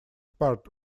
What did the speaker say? part